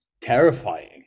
terrifying